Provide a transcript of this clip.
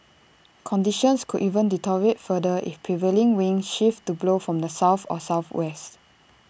conditions could even deteriorate further if prevailing winds shift to blow from the south or south west